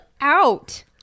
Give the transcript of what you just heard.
out